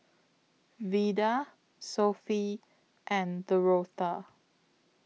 Vida Sophie and Dorotha